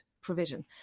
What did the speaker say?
provision